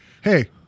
hey